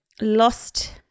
lost